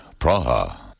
Praha